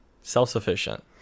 Self-sufficient